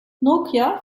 nokia